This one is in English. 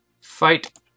fight